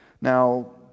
Now